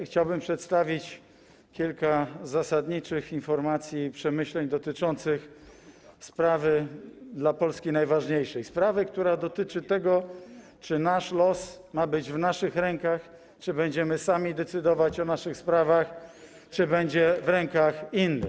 Chciałbym przedstawić dzisiaj kilka zasadniczych informacji i przemyśleń dotyczących sprawy dla Polski najważniejszej, sprawy, która dotyczy tego, czy nasz los ma być w naszych rękach, czy będziemy sami decydować o naszych sprawach, czy będzie w rękach innych.